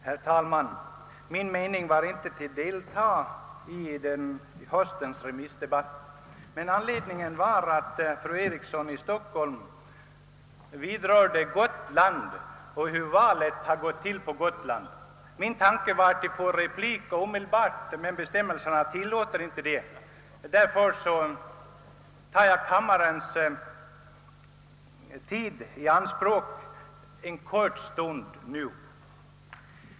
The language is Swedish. Herr talman! Jag hade inte för avsikt att delta i höstens remissdebatt. Anledningen till att jag ändå begärt or det är att fru Eriksson i Stockholm i sitt anförande talade om hur valet gick till på Gotland. Jag tänkte omedelbart begära replik, men bestämmelserna tilllåter inte ett sådant förfarande, varför jag nu måste ta kammarens tid i anspråk under en kort stund.